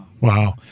Wow